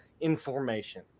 information